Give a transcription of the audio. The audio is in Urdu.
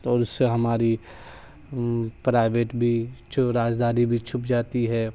تو اور اس سے ہماری پرائیویٹ بھی جو رازداری بھی چھپ جاتی ہے